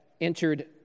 entered